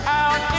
out